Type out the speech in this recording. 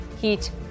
heat